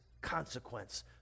consequence